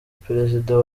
perezida